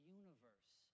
universe